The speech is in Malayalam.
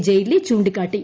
ജെയ്റ്റ്ലി ചുണ്ടിക്കാട്ടി